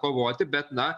kovoti bet na